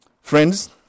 Friends